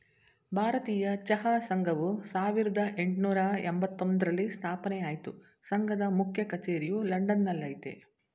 ಭಾರತೀಯ ಚಹಾ ಸಂಘವು ಸಾವಿರ್ದ ಯೆಂಟ್ನೂರ ಎಂಬತ್ತೊಂದ್ರಲ್ಲಿ ಸ್ಥಾಪನೆ ಆಯ್ತು ಸಂಘದ ಮುಖ್ಯ ಕಚೇರಿಯು ಲಂಡನ್ ನಲ್ಲಯ್ತೆ